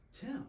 Tim